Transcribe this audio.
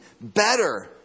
better